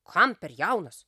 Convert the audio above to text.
kam per jaunas